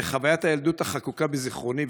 חוויית הילדות החקוקה בזיכרוני,